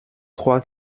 trois